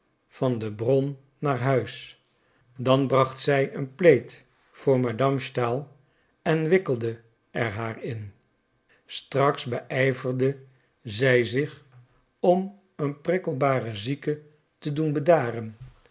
van de bron naar huis dan bracht zij een plaid voor madame stahl en wikkelde er haar in straks beijverde zij zich om een prikkelbaren zieke te doen